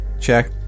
check